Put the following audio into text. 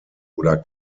oder